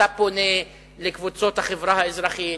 אתה פונה לקבוצות החברה האזרחית,